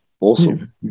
Awesome